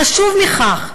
חשוב מכך,